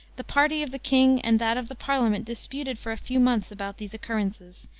the party of the king and that of the parliament disputed for a few months about these occurrences,